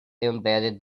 embedded